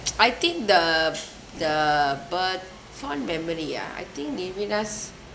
I think the the bird fond memory ah I think in venus